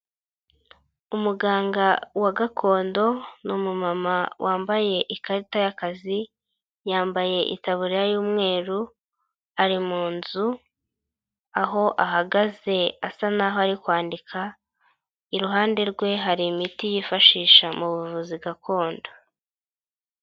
Umuganga wa gakondo ni umumama wambaye ikarita y'akazi, yambaye itaburiya y'umweru, ari mu nzu aho ahagaze asa naho ari kwandika, iruhande rwe hari imiti yifashisha mu buvuzi gakondo.